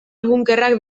bunkerrak